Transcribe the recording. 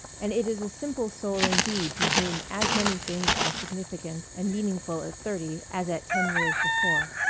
and it is a simple soul indeed to whom as many things are significant and meaningful at thirty as at ten years before.